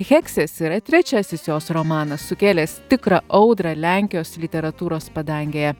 heksės yra trečiasis jos romanas sukėlęs tikrą audrą lenkijos literatūros padangėje